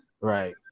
Right